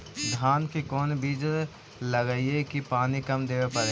धान के कोन बिज लगईऐ कि पानी कम देवे पड़े?